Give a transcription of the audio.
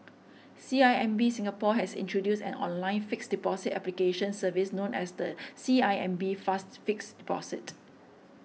C I M B Singapore has introduced an online fixed deposit application service known as the C I M B Fast Fixed Deposit